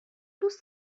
دوست